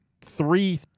three